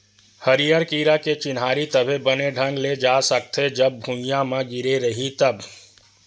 हरियर कीरा के चिन्हारी तभे बने ढंग ले जा सकथे, जब भूइयाँ म गिरे रइही तब